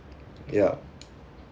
ya